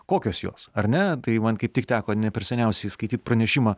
kokios jos ar ne tai man kaip tik teko ne per seniausiai skaityt pranešimą